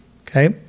okay